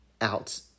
out